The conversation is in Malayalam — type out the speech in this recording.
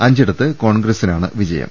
അഞ്ചിടത്ത് കോൺഗ്രസിനാണ് വിജയം